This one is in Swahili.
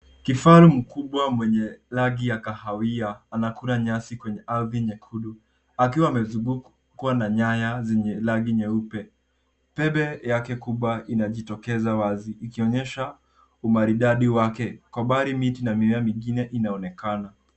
Kifaru mkubwa mwenye rangi ya kahawia anakula nyasi kwenye rangi nyekundu akiwa amezungukwa na nyaya zenye rangi nyeupe. Pembe yake kubwa inajitokeza wazi ikionyesha umaridadi wake. Kwa mbali miti na mimea mingine inaonekana.